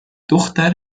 دختر